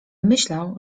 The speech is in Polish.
myślał